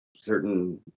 certain